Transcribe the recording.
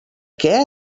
què